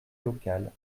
locale